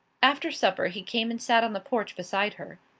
after supper he came and sat on the porch beside her.